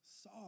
saw